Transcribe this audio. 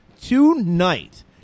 tonight